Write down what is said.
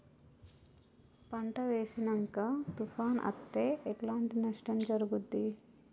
పంట వేసినంక తుఫాను అత్తే ఎట్లాంటి నష్టం జరుగుద్ది?